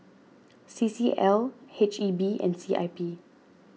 C C L H E B and C I P